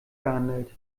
gehandelt